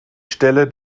stelle